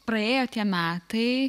praėjo tie metai